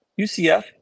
UCF